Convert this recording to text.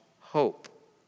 hope